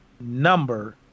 number